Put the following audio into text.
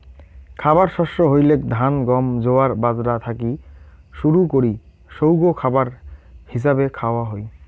খাবার শস্য হইলেক ধান, গম, জোয়ার, বাজরা থাকি শুরু করি সৌগ খাবার হিছাবে খাওয়া হই